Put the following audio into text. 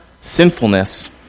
sinfulness